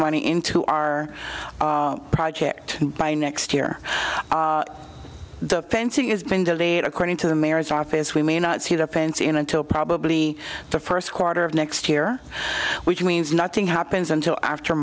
money into our project by next year the fencing is been delayed according to the mayor's office we may not see the parents in until probably the first quarter of next year which means nothing happens until after